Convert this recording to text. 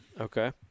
Okay